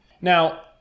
Now